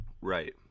Right